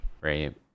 Right